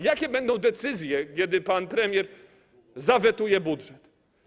Jakie będą decyzje, kiedy pan premier zawetuje budżet?